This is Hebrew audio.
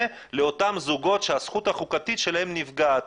לאותם זוגות שהזכות החוקתית שלהם נפגעת,